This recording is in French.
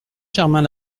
germain